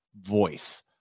voice